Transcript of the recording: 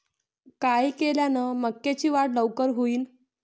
काय केल्यान मक्याची वाढ लवकर होईन?